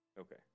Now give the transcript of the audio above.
okay